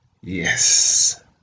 yes